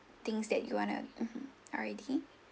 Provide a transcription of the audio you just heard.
things that you want to mmhmm already